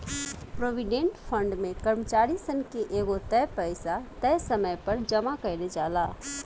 provident fund में कर्मचारी सन से एगो तय पइसा तय समय पर जामा कईल जाला